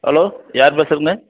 hello யாரு பேசுகிறதுங்க